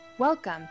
Welcome